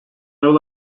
yol